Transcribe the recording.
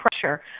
pressure